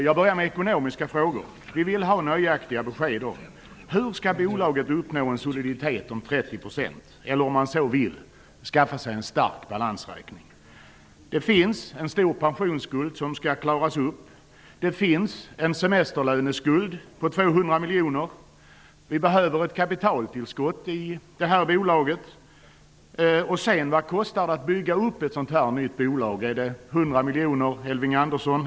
Vad gäller de ekonomiska frågorna vill vi ha nöjaktiga besked om hur bolaget skall uppnå en soliditet om 30 % eller skaffa sig en stark balansräkning, om man vill uttrycka sig så. Det finns en stor pensionsskuld som skall klaras upp. Det finns en semesterlöneskuld på 200 miljoner kronor. Det behövs ett kapitaltillskott i detta bolag. Vad kostar det att bygga upp ett sådant här nytt bolag? Handlar det om 100 miljoner kronor, Elving Andersson?